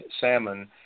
salmon